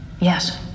Yes